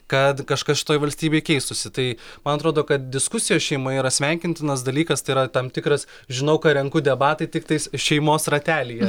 kad kažkas šitoj valstybėje keistųsi tai man atrodo kad diskusijos šeimoje yra sveikintinas dalykas tai yra tam tikras žinau ką renku debatai tiktais šeimos ratelyje